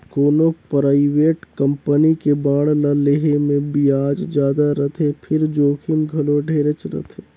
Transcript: कोनो private company के bond ल लेहे मे बियाज जादा रथे फिर जोखिम घलो ढेरेच रथे